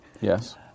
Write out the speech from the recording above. Yes